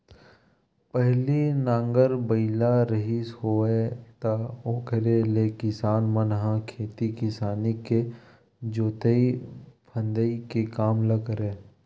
पहिली नांगर बइला रिहिस हेवय त ओखरे ले किसान मन ह खेती किसानी के जोंतई फंदई के काम ल करय